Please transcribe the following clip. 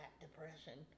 depression